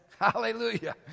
Hallelujah